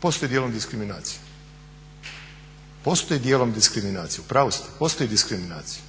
postoji dijelom diskriminacija, u pravu ste postoji diskriminacija.